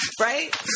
Right